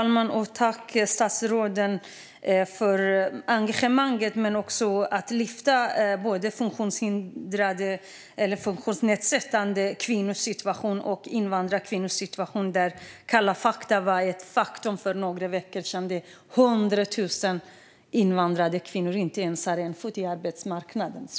Fru talman! Jag tackar statsrådet för engagemanget och för att hon lyfter fram både funktionsnedsatta kvinnors och invandrarkvinnors situation. I Kalla fakta berättades för några veckor sedan att det är 100 000 invandrarkvinnor som står utanför arbetsmarknaden.